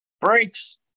brakes